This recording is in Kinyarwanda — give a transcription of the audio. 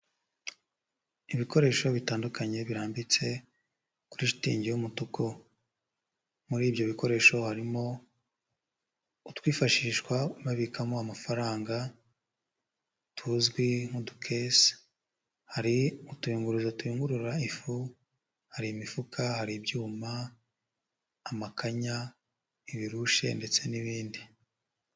Ibikoresho bitandukanye birambitse kuri shitingi y'umutuku, muri ibyo bikoresho harimo utwifashishwa babikamo amafaranga tuzwi nk'udukese, hari utuyunguruzo tuyungurura ifu hari imifuka hari ibyuma amakanya ibirushi ndetse n'ibindi.